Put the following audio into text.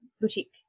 boutique